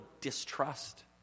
distrust